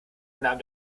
nahm